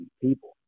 people